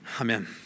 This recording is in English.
Amen